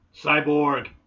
Cyborg